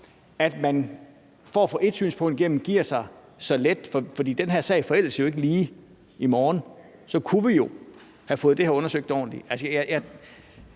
at man for at få ét synspunkt igennem giver sig så let. For den her sag forældes jo ikke lige i morgen, og så kunne vi jo have fået undersøgt det her ordentligt.